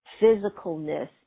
physicalness